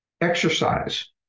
exercise